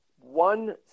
one